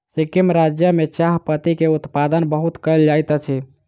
सिक्किम राज्य में चाह पत्ती के उत्पादन बहुत कयल जाइत अछि